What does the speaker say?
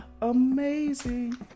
amazing